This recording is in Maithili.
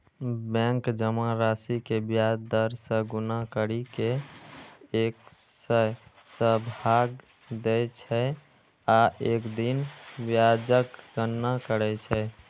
बैंक जमा राशि कें ब्याज दर सं गुना करि कें एक सय सं भाग दै छै आ एक दिन ब्याजक गणना करै छै